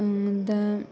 दा